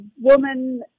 woman